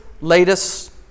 latest